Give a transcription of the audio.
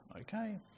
okay